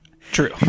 True